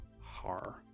har